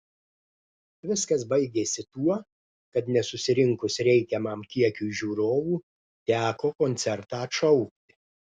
viskas baigėsi tuo kad nesusirinkus reikiamam kiekiui žiūrovų teko koncertą atšaukti